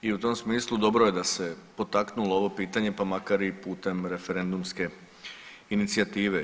I u tom smislu dobro je da se potaknulo ovo pitanje, pa makar i putem referendumske inicijative.